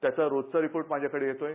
त्याचा रोजचा रिपोर्ट माझ्याकडे येतो आहे